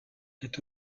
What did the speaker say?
est